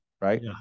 right